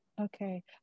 Okay